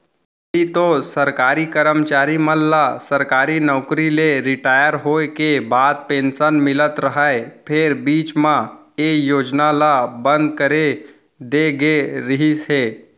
पहिली तो सरकारी करमचारी मन ल सरकारी नउकरी ले रिटायर होय के बाद पेंसन मिलत रहय फेर बीच म ए योजना ल बंद करे दे गे रिहिस हे